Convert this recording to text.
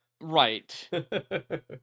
Right